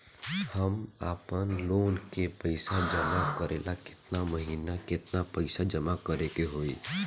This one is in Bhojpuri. हम आपनलोन के पइसा जमा करेला केतना महीना केतना पइसा जमा करे के होई?